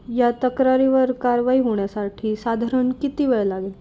या तक्रारीवर कारवाई होण्यासाठी साधारण किती वेळ लागेल